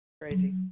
Crazy